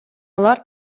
алар